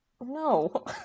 No